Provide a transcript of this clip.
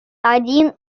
один